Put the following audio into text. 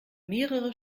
mehrere